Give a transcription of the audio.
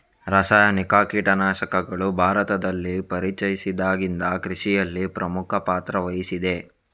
ರಾಸಾಯನಿಕ ಕೀಟನಾಶಕಗಳು ಭಾರತದಲ್ಲಿ ಪರಿಚಯಿಸಿದಾಗಿಂದ ಕೃಷಿಯಲ್ಲಿ ಪ್ರಮುಖ ಪಾತ್ರ ವಹಿಸಿದೆ